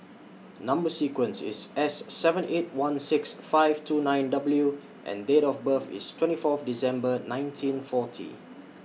Number sequence IS S seven eight one six five two nine W and Date of birth IS twenty Fourth December nineteen forty